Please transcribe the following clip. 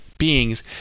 Beings